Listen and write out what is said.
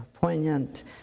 poignant